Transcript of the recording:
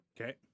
Okay